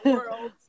world